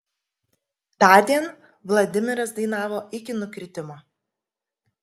tądien vladimiras dainavo iki nukritimo